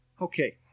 Okay